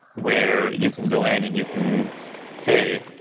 where you can go in and you can say,